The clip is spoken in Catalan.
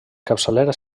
capçalera